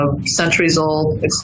centuries-old